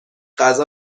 غذا